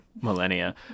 millennia